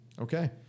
okay